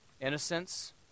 Innocence